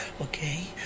Okay